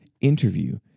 interview